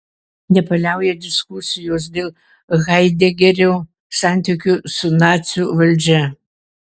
nepaliauja diskusijos dėl haidegerio santykių su nacių valdžia